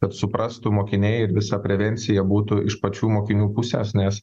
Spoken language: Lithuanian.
kad suprastų mokiniai ir visa prevencija būtų iš pačių mokinių pusės nes